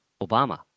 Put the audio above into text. Obama